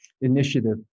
initiative